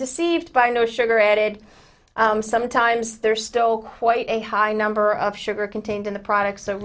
deceived by no sugar added sometimes there's still quite a high number of sugar contained in the products of